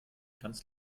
ganz